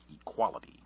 equality